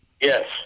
Yes